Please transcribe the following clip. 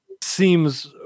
seems